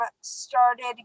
started